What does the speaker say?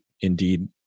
indeed